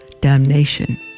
damnation